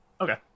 Okay